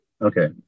Okay